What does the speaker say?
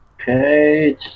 Okay